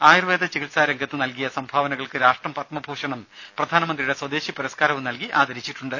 ആയുർവേദ ചികിത്സാ രംഗത്ത് നൽകിയ സംഭാവനകൾക്ക് രാഷ്ട്രം പത്മഭൂഷണും പ്രധാനമന്ത്രിയുടെ സ്വദേശി പുരസ്കാരവും നൽകി ആദരിച്ചിട്ടുണ്ട്